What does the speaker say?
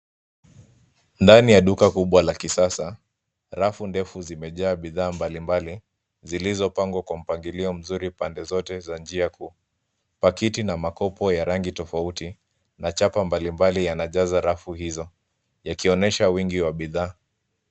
Ndani ya duka kubwa la kisasa, rafu ndefu zimejaa bidhaa mbali mbali zilizopangwa kwa mpangilio mzuri pande zote za njia kuu. Pakiti na makopo ya rangi tofauti na chapa mbali mbali yanajaza rafu hizo, yakionyesha wengi wa bidhaa.